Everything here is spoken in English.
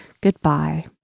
Goodbye